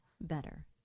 better